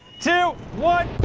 two, one!